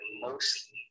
mostly